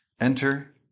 Enter